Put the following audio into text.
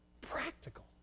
practical